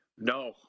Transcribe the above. No